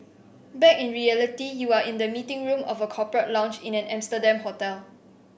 back in reality you are in the meeting room of a corporate lounge in an Amsterdam hotel